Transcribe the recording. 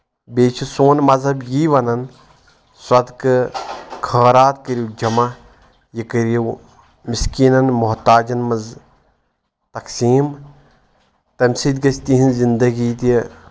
بیٚیہِ چھِ سون مذہب یی ونان سۄدکہٕ خٲرات کٔرِو جمع یہِ کٔرِو مِسکیٖنن مۄحتاجَن منٛز تقسیٖم تمہِ سۭتۍ گژھِ تِہنٛز زندگی تہِ